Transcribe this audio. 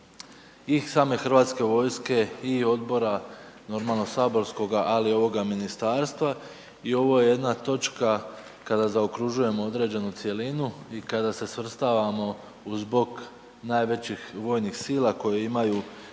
i same hrvatske vojske i odbora, normalno saborskoga ali ovoga ministarstva i ovo je jedna točka kada zaokružujemo određenu cjelinu i kada se svrstavamo uz bok najvećih vojnih sila koje imaju